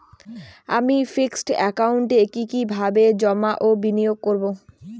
আমি ফিক্সড একাউন্টে কি কিভাবে জমা ও বিনিয়োগ করব?